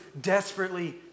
desperately